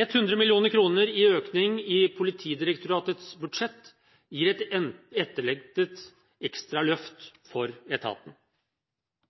100 mill. kr i økning i Politidirektoratets budsjett gir et etterlengtet ekstra løft for etaten.